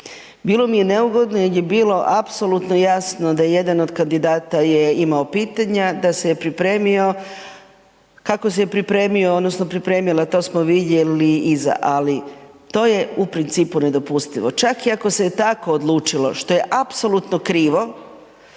Bilo mi je neugodno jer je bilo apsolutno jasno da jedan od kandidata je imao pitanja, da se je pripremio, kako se pripremio odnosno pripremila, to smo vidjeli iz, ali to je u principu nedopustivo, čak i ako se je tako odlučilo što je apsolutno krivo